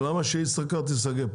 אבל למה שישראכרט ייסגר?